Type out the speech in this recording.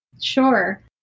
Sure